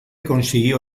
consiguió